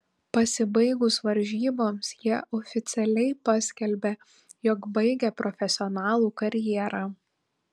pasibaigus varžyboms jie oficialiai paskelbė jog baigia profesionalų karjerą